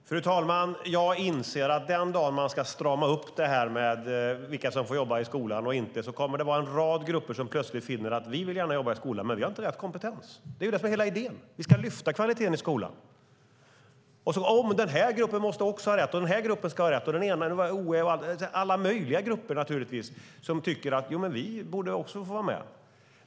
Fru talman! Jag inser att den dag man ska strama upp vilka som får jobba i skolan och inte kommer det vara en rad grupper som plötsligt finner att de gärna vill jobba i skolan men inte har rätt kompetens. Det är det som är hela idén! Vi ska lyfta kvaliteten i skolan! Det finns naturligtvis alla möjliga grupper som tycker att de också borde få vara med.